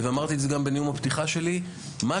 ואמרתי את זה גם בנאום הפתיחה שלי: מה